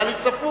היה לי צפוף,